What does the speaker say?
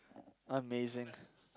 amazing